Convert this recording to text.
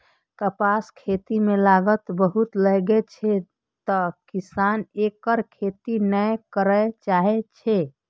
कपासक खेती मे लागत बहुत लागै छै, तें किसान एकर खेती नै करय चाहै छै